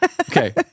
Okay